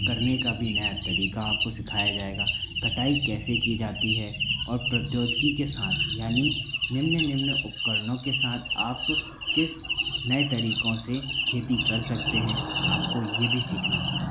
करने का भी नया तरीका आपको सिखाया जाएगा कटाई कैसे की जाती है और प्रौद्योगिकी के साथ यानि निम्न निम्न उपकरणों के साथ आप किस नए तरीकों से खेती कर सकते हैं आपको ये भी सीखना होगा